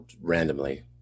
randomly